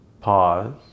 Pause